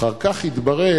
אחר כך התברר